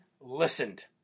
listened